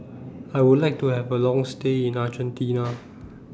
I Would like to Have A Long stay in Argentina